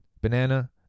banana